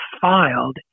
filed